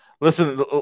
Listen